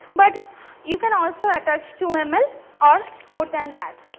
but you can also attach two ah ml or more than that.